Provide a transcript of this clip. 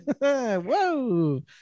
whoa